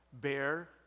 Bear